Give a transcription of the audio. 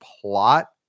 plot